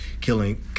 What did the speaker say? killing